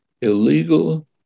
illegal